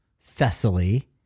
Thessaly